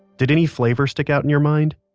did any flavor stick out in your mind?